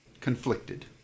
conflicted